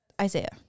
Isaiah